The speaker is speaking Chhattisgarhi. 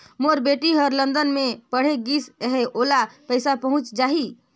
मोर बेटी हर लंदन मे पढ़े गिस हय, ओला पइसा पहुंच जाहि?